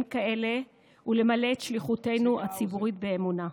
כאלה ולמלא את שליחותנו הציבורית באמונה.